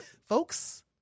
Folks